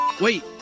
Wait